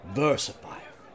versifier